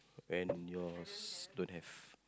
and yours don't have